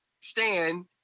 stand